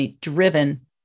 driven